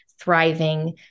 thriving